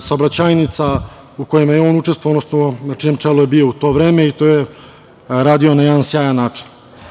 saobraćajnica, u kojima je on učestvovao, odnosno na čijem čelu je bio u to vreme. To je radio na jedan sjajan način. Na